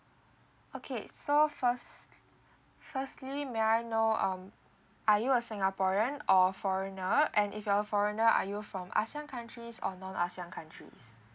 okay so first firstly may I know um are you a singaporean or foreigner and if you're a foreigner are you from asian countries or non asian countries